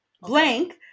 blank